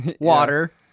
water